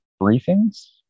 briefings